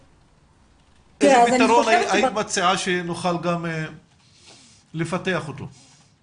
איזה פתרון היית מציעה שנוכל גם לפתח אותו?